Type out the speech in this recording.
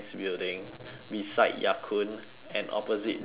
beside ya kun and opposite jollibean